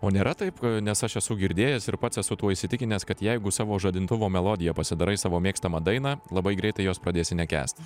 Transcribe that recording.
o nėra taip nes aš esu girdėjęs ir pats esu tuo įsitikinęs kad jeigu savo žadintuvo melodiją pasidarai savo mėgstamą dainą labai greitai jos pradėsi nekęsti